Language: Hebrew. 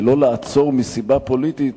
ולא לעצור מסיבה פוליטית,